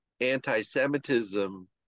anti-Semitism